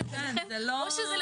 הוא לא.